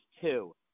two